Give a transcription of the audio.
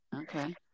okay